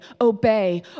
obey